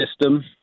system